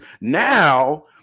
now